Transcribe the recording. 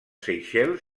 seychelles